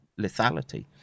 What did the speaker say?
lethality